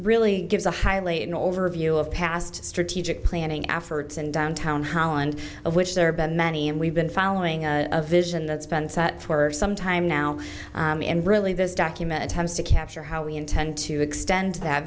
really gives a highly an overview of past strategic planning efforts in downtown holland of which there have been many and we've been following a vision that's been set for some time now and really this document attempts to capture how we intend to extend that